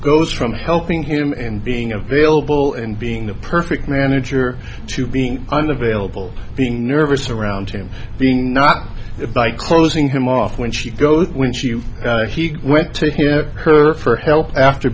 goes from helping in being available and being the perfect manager to being unavailable being nervous around him being not by closing him off when she goes when she went to hear her for help after